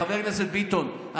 חבר הכנסת ביטון,